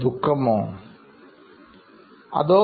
ദുഃഖം ആയിരുന്നുവോ